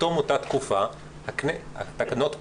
בתום אותה תקופה התקנות פוקעות,